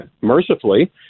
mercifully